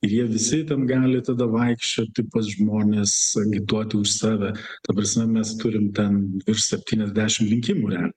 jie visi ten gali tada vaikščioti pas žmones agituoti už save ta prasme mes turim ten virš septyniasdešim rinkimų rea